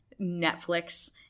Netflix